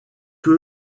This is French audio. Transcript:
que